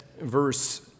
verse